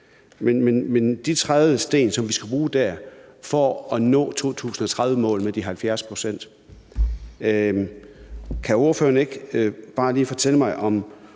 om de trædesten, som vi skal bruge for at nå 2030-målet med de 70 pct., ikke bare lige fortælle mig, om